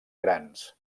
grans